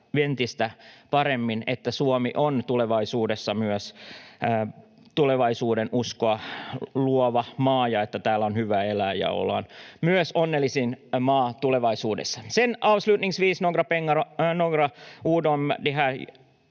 että Suomi on myös tulevaisuudessa tulevaisuudenuskoa luova maa, että täällä on hyvä elää ja ollaan myös tulevaisuudessa onnellisin maa. Sedan avslutningsvis några ord om de